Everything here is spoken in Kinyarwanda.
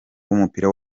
w’umupira